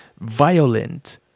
violent